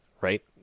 right